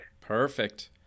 Perfect